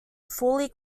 fully